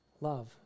love